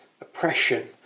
oppression